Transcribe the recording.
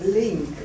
link